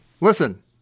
listen